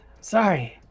sorry